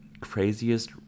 craziest